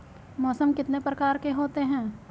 मौसम कितने प्रकार के होते हैं?